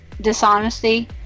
dishonesty